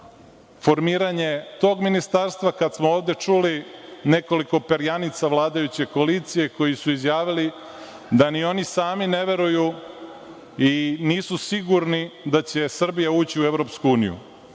formiranje tog ministarstva kad smo ovde čuli nekoliko perjanica vladajuće koalicije koji su izjavili da ni oni sami ne veruju i nisu sigurni da će Srbija ući u EU.Zato